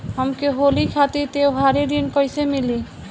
हमके होली खातिर त्योहारी ऋण कइसे मीली?